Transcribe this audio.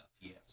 Yes